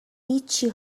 هیچی